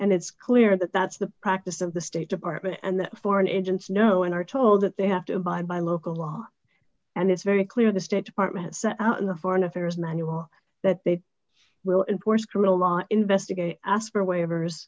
and it's clear that that's the practice of the state department and the foreign agents know and are told that they have to abide by local law and it's very clear the state department set out in the foreign affairs manual that they will import criminal laws investigate asper waivers